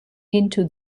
into